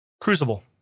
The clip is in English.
Crucible